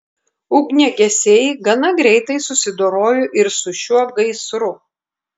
ugniagesiai gana greitai susidorojo ir su šiuo gaisru